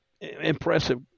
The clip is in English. impressive